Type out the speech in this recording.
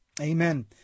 Amen